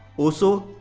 also,